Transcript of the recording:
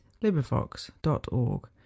LibriVox.org